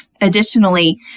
Additionally